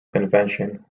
convention